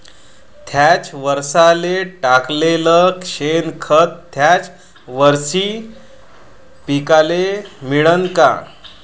थ्याच वरसाले टाकलेलं शेनखत थ्याच वरशी पिकाले मिळन का?